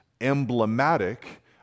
emblematic